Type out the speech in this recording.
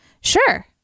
Sure